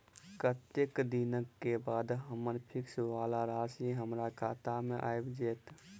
कत्तेक दिनक बाद हम्मर फिक्स वला राशि हमरा खाता मे आबि जैत?